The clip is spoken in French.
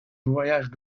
voyage